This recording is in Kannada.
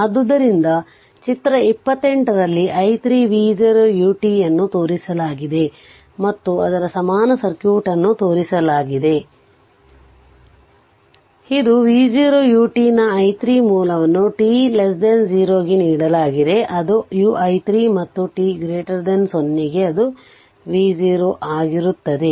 ಆದ್ದರಿಂದ ಚಿತ್ರ 28 ರಲ್ಲಿ i 3 v0 u t ಅನ್ನು ತೋರಿಸಲಾಗಿದೆ ಮತ್ತು ಅದರ ಸಮಾನ ಸರ್ಕ್ಯೂಟ್ ಅನ್ನು ತೋರಿಸಲಾಗಿದೆ ಆದ್ದರಿಂದ ಇದು v0 ut ನ i 3 ಮೂಲವನ್ನು t 0 ಗೆ ನೀಡಲಾಗಿದೆ ಅದು u i 3 ಮತ್ತು t 0 ಗೆ ಅದು v0 ಆಗಿರುತ್ತದೆ